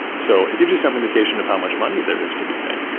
so it gives you some indication of how much money there is to be made.